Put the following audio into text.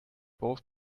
both